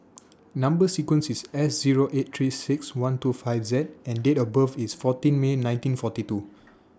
Number sequence IS S Zero eight three six one two five Z and Date of birth IS fourteen May nineteen forty two